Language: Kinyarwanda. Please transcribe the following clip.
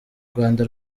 rwanda